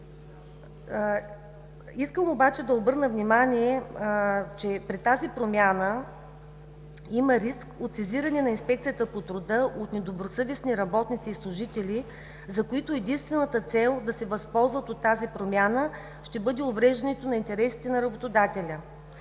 Искам да обърна внимание, че при тази промяна има риск от сезиране на Инспекцията по труда от недобросъвестни работници и служители, за които единствената цел е да се възползват от тази промяна, ще бъде увреждането на интересите на работодателя.